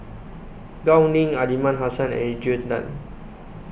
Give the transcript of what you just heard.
Gao Ning Aliman Hassan and Adrian Tan